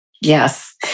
Yes